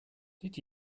did